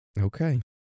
Okay